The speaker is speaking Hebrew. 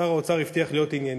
שר האוצר הבטיח להיות ענייני.